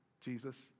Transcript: Jesus